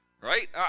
Right